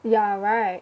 yeah right